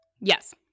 Yes